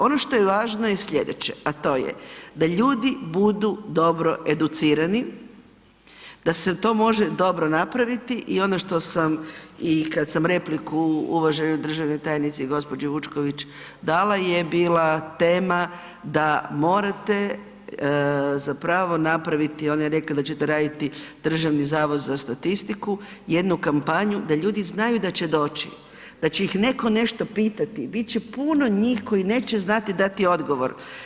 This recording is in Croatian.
Ono što je važno je sljedeće, a to je da ljudi budu dobro educirani, da se to može dobro napraviti i ono što sam, i kad sam repliku uvaženoj državnoj tajnici, gđi. Vučković dala je bila tema da morate zapravo napraviti, ona je rekla da će to raditi Državni zavod za statistiku, jednu kampanju, da ljudi znaju da će doći, da će ih netko nešto pitati, bit će puno njih koji neće znati dati odgovor.